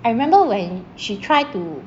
I remember when she try to